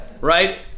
Right